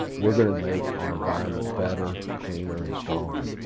we're going to make our environment better, cleaner and stronger.